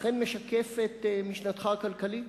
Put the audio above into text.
אכן משקף את משנתך הכלכלית?